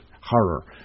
horror